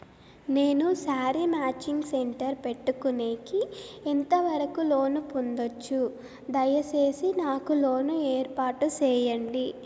నేను sari matching centre పెట్టుకునేకి ఎంత వరకు లోను పొందొచ్చు? దయసేసి నాకు లోను ఏర్పాటు సేయండి?